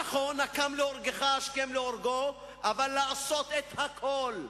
נכון, הקם להורגך השכם להורגו, אבל לעשות את הכול,